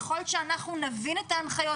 ככל שאנחנו נבין את ההנחיות,